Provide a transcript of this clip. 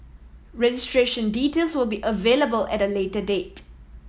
registration details will be available at a later date